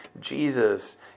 Jesus